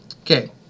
Okay